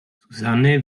susanne